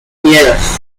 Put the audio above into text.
yes